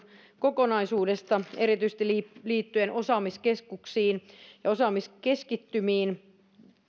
kokonaisuudesta erityisesti liittyen osaamiskeskuksiin ja osaamiskeskittymiin